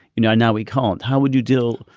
you know, now we can't. how would you deal?